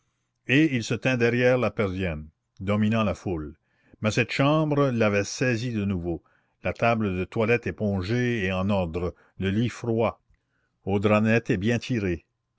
et il se tint derrière la persienne dominant la foule mais cette chambre l'avait saisi de nouveau la table de toilette épongée et en ordre le lit froid aux draps nets et bien tirés